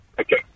Okay